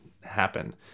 happen